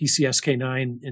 PCSK9